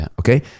okay